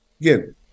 again